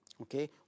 Okay